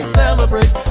celebrate